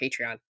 Patreon